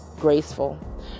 graceful